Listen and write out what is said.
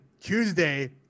Tuesday